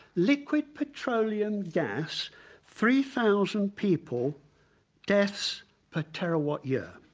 liquid petroleum gas three thousand people deaths per terra watt year.